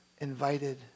invited